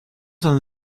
han